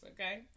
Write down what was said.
okay